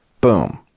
boom